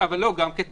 אבל גם כתנאי.